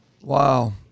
Wow